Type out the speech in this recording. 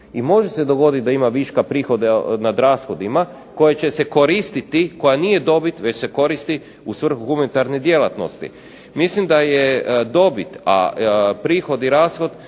i može se dogodit da ima viška prihoda nad rashodima koji će se koristiti, koja nije dobit već se koristi u svrhu humanitarne djelatnosti. Mislim da je dobit, a prihod i rashod